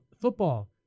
Football